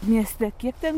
mieste kiek ten